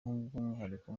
by’umwihariko